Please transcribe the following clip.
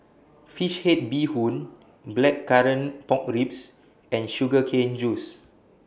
Fish Head Bee Hoon Blackcurrant Pork Ribs and Sugar Cane Juice